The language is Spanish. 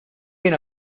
bien